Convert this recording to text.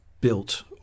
built